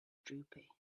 droopy